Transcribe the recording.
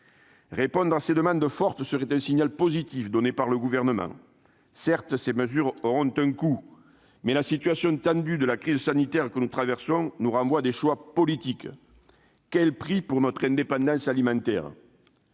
Répondre à ces demandes fortes serait un signal positif de la part du Gouvernement. Certes, ces mesures auront un coût. Mais la situation tendue résultant de la crise sanitaire que nous traversons nous renvoie à des choix politiques : quel prix pour notre indépendance alimentaire ?